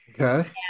okay